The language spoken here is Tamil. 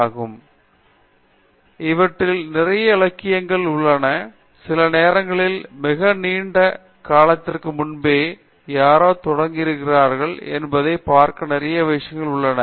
பேராசிரியர் பிரதாப் ஹரிதாஸ் இவற்றில் நிறைய இலக்கியங்கள் உள்ளன சில நேரங்களில் மிக நீண்ட காலத்திற்கு முன்பே யாரோ தொடங்குகிறார்களோ என்பதை பார்க்க நிறைய விஷயங்கள் உள்ளன